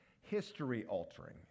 history-altering